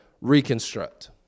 reconstruct